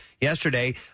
yesterday